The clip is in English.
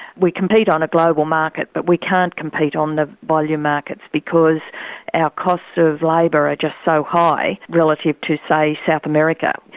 we compete on a global market but we can't compete on the volume market because and our costs of labour are just so high relative to say south america.